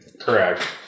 Correct